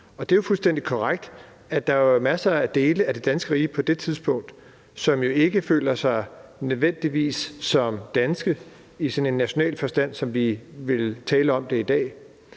det er jo fuldstændig korrekt, at der er masser af dele af det danske rige, som på det tidspunkt ikke nødvendigvis føler sig som danske i sådan en national forstand, som vi ville tale om det i dag.